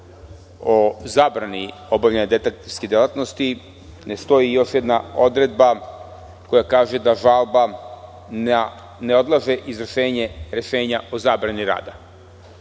o zabrani obavljanja detektivske delatnosti ne stoji još jedna odredba koja kaže – da žalba ne odlaže izvršenje rešenja o zabrani rada.